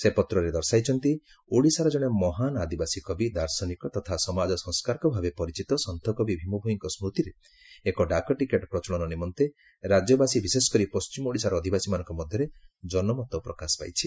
ସେ ପତ୍ରରେ ଦର୍ଶାଇଛନ୍ତି ଓଡିଶାର ଜଣେ ମହାନ୍ ଆଦିବାସୀ କବି ଦାର୍ଶନିକ ତଥା ସମାଜ ସଂସ୍କାରକଭାବେ ପରିଚିତ ସନ୍ତୁକବି ଭୀମଭୋଇଙ୍କ ସୁତିରେ ଏକ ଡାକଟିକେଟ ପ୍ରଚଳନ ନିମନ୍ତେ ରାଜ୍ୟବାସୀ ବିଶେଷକରି ପଶ୍ଚିମ ଓଡିଶାର ଅଧିବାସୀମାନଙ୍କ ମଧ୍ୟରେ ଜନମତ ପ୍ରକାଶ ପାଇଛି